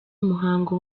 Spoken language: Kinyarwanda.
muhango